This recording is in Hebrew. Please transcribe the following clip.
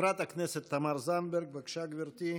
חברת הכנסת תמר זנדברג, בבקשה, גברתי.